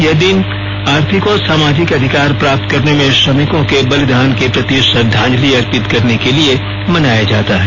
यह दिन आर्थिक और सामाजिक अधिकार प्राप्त करने में श्रमिकों के बलिदान के प्रति श्रद्धांजलि अर्पित करने के लिये मनाया जाता है